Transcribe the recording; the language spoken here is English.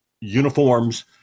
uniforms